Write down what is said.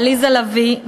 עליזה לביא,